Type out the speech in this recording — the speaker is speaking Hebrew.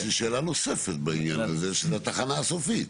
יש לי שאלה נוספת בעניין הזה של התחנה הסופית.